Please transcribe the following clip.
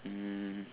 um